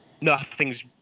nothing's